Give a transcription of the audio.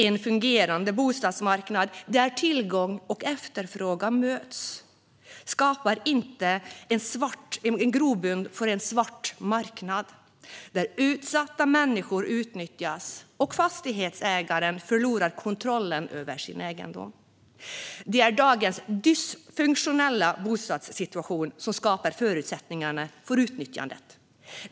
En fungerande bostadsmarknad där tillgång och efterfrågan möts skapar inte grogrund för en svart marknad där utsatta människor utnyttjas och fastighetsägaren förlorar kontrollen över sin egendom. Det är dagens dysfunktionella bostadssituation som skapar förutsättningarna för utnyttjandet.